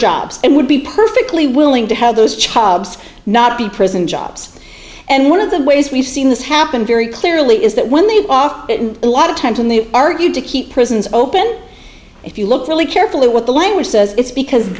jobs and would be perfectly willing to have those chubb not be prison jobs and one of the ways we've seen this happen very clearly is that when they often a lot of times when they argued to keep prisons open if you look really carefully what the language says it's because